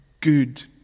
good